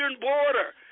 border